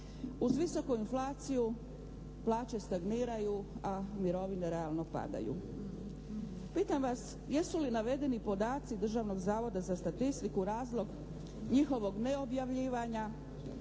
Uz visoku inflaciju plaće stagniraju, a mirovine realno padaju. Pitam vas jesu li navedeni podaci Državnog zavoda za statistiku razlog njihovog neobjavljivanja